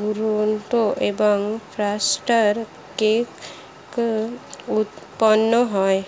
গুড় এবং filter cake উৎপন্ন হয়